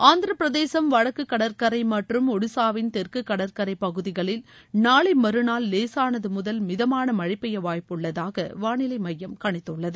ஆந்திரபிரதேசம் வடக்கு கடற்கரை மற்றும் ஒடிசாவின் தெற்கு கடற்கரை பகுதிகளில் நாளை மறுநாள் லேசானது முதல் மிதமான மழை பெய்ய வாய்ப்புள்ளதாக வானிலை மையம் கணித்துள்ளது